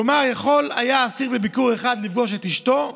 כלומר אסיר היה יכול בביקור אחד לפגוש את אשתו,